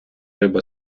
риба